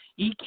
EQ